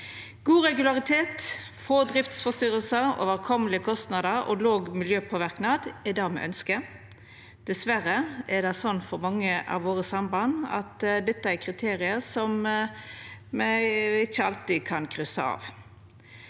God regularitet, få driftsforstyrringar, overkomelege kostnader og låg miljøpåverknad er det me ønskjer. Dessverre er det slik for mange av sambanda våre at dette er kriterium som me ikkje alltid kan kryssa av